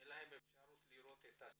אין להם אפשרות לראות את הסביבה,